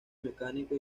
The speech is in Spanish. mecánico